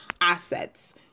assets